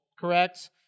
Correct